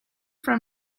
from